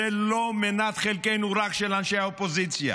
זו לא מנת חלקנו רק של אנשי האופוזיציה,